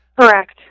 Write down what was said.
Correct